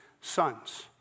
sons